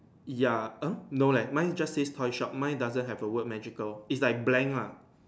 ya uh no leh mine just say toy shop mine doesn't have word magical it's like blank lah